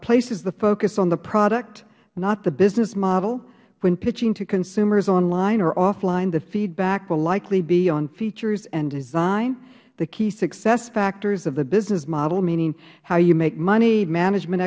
places the focus on the product not the business model when pitching to consumers online or off line the feedback will likely be on features and design the key success factors of the business model meaning how you make money management